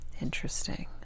Interesting